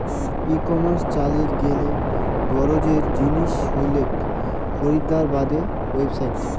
ই commerce চালের গেইলে গরোজের জিনিস হইলেক খরিদ্দারের বাদে ওয়েবসাইট